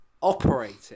operating